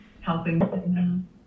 Helping